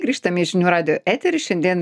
grįžtame į žinių radijo eterį šiandien